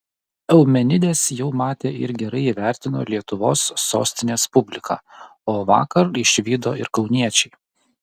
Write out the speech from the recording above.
eumenides jau matė ir gerai įvertino lietuvos sostinės publika o vakar išvydo ir kauniečiai